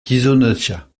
ghisonaccia